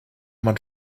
man